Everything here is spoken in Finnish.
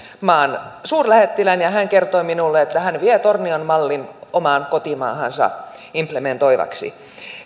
maan suurlähettilään ja ja hän kertoi minulle että hän vie tornion mallin omaan kotimaahansa implementoitavaksi